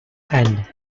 end